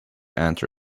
enter